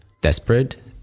desperate